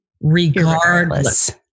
regardless